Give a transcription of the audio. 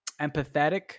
Empathetic